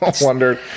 wondered